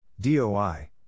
DOI